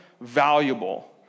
valuable